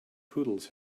poodles